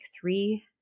three